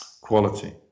quality